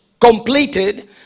completed